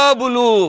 bulu